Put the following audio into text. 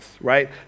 right